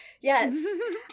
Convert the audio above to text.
Yes